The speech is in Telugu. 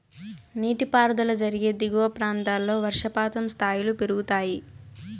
నీటిపారుదల జరిగే దిగువ ప్రాంతాల్లో వర్షపాతం స్థాయిలు పెరుగుతాయి